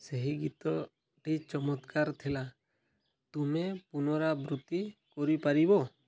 ସେହି ଗୀତଟି ଚମତ୍କାର ଥିଲା ତୁମେ ପୁନରାବୃତ୍ତି କରିପାରିବ